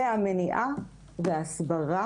והמניעה והסברה,